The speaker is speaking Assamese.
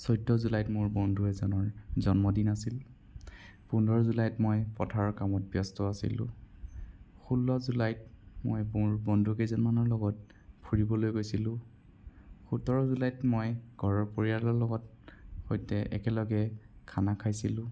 চৈধ্য জুলাইত মোৰ বন্ধু এজনৰ জন্মদিন আছিল পোন্ধৰ জুলাইত মই পথাৰৰ কামত ব্যস্ত আছিলোঁ ষোল্ল জুলাইত মই মোৰ বন্ধু কেইজনমানৰ লগত ফুৰিবলৈ গৈছিলোঁ সোতৰ জুলাইত মই ঘৰৰ পৰিয়ালৰ লগত সৈতে একেলগে খানা খাইছিলোঁ